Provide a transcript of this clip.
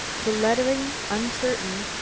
the lettering uncertain,